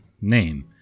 name